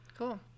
Cool